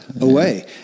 away